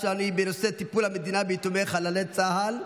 בנושא: טיפול המדינה ביתומי חללי צה"ל.